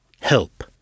Help